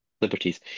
liberties